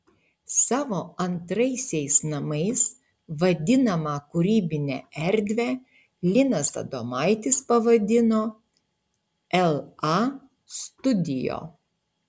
savo antraisiais namais vadinamą kūrybinę erdvę linas adomaitis pavadino la studio